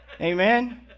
Amen